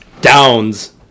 downs